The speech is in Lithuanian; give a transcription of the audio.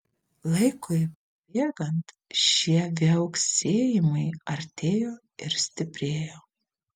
laikui bėgant šie viauksėjimai artėjo ir stiprėjo